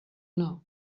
know